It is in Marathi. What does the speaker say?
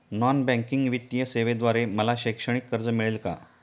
नॉन बँकिंग वित्तीय सेवेद्वारे मला शैक्षणिक कर्ज मिळेल का?